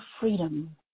Freedom